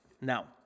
Now